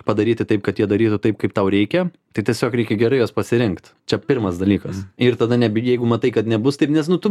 padaryti taip kad jie darytų taip kaip tau reikia tai tiesiog reikia gerai juos pasirinkt čia pirmas dalykas ir tada jeigu matai kad nebus taip nes nu tu